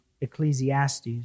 Ecclesiastes